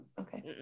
okay